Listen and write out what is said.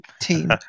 team